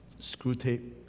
Screwtape